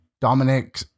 Dominic